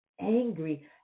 angry